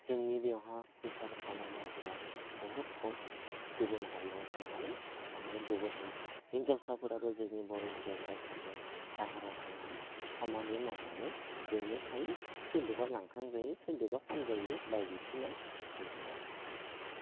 जोंनि बेवहाय फैसा थाखा खामायग्राफोरा बहुत कम गुबुन हारियाव थांनानै थानाय गुबुन हिनजावसाफोराबो जोंनि बर' हिनजावसाफोराबो बाहेराव थानानै खामानि मावनानै बेयावनो थायो सोरदोबा लांखार जायो सोरदोबा फानजायो बायदिसिना जोंनिया